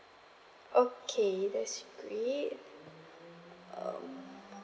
okay that's great um